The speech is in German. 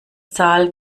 zahl